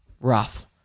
rough